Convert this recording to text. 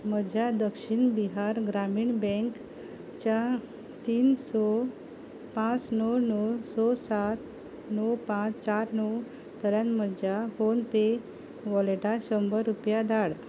म्हज्या दक्षीण बिहार ग्रामीण बँकेच्या तीन स पांच णव णव स सात णव पांच चार णव तल्यान म्हज्या फोनपे वॉलेटांत शंबर रुपया धाड